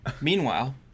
Meanwhile